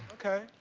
okay.